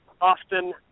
often